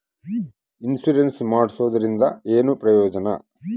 Insurance ಮಾಡ್ಸೋದರಿಂದ ಏನು ಪ್ರಯೋಜನ?